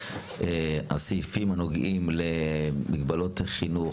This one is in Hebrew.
שהסעיפים הנוגעים למגבלות על חינוך,